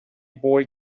boy